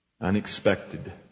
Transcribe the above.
Unexpected